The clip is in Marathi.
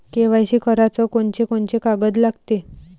के.वाय.सी कराच कोनचे कोनचे कागद लागते?